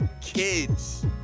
kids